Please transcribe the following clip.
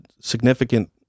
significant